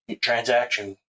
transaction